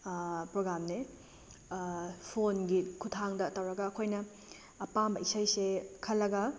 ꯄ꯭ꯔꯣꯒ꯭ꯔꯥꯝꯅꯦ ꯐꯣꯟꯒꯤ ꯈꯨꯊꯥꯡꯗ ꯇꯧꯔꯒ ꯑꯩꯈꯣꯏꯅ ꯑꯄꯥꯝꯕ ꯏꯁꯩꯁꯦ ꯈꯜꯂꯒ